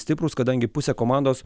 stiprūs kadangi pusė komandos